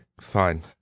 fine